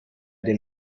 den